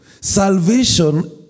salvation